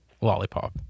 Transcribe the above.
lollipop